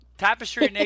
tapestry